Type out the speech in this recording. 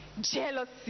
jealousy